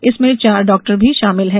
इनमें चार डॉक्टर भी शामिल हैं